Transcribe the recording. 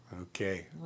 Okay